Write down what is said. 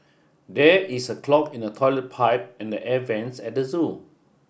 there is a clog in the toilet pipe and the air vents at the zoo